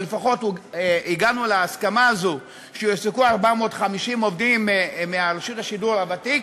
או לפחות הגענו להסכמה הזאת שיועסקו 450 עובדים מרשות השידור הוותיקה,